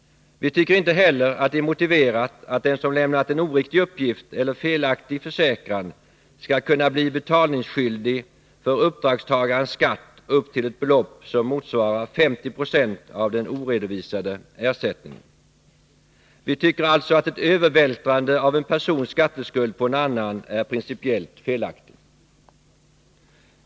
Vi tycker inte heller att det är motiverat att den som lämnat en oriktig uppgift eller felaktig försäkran skall kunna bli betalningsskyldig för uppdragstagarens skatt upp till ett belopp som motsvarar 50 96 av den oredovisade ersättningen. Vi tycker alltså att ett övervältrande av en persons skatteskuld på en annan är principiellt felaktigt.